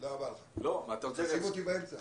הן רק מובאות לידיעתה וזה בעיניי חיסון